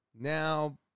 now